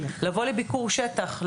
לבוא לביקור שטח,